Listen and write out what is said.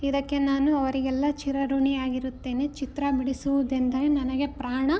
ಇದಕ್ಕೆ ನಾನು ಅವರಿಗೆಲ್ಲ ಚಿರಋಣಿಯಾಗಿರುತ್ತೇನೆ ಚಿತ್ರ ಬಿಡಿಸುವುದೆಂದರೆ ನನಗೆ ಪ್ರಾಣ